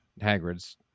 Hagrid's